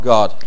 God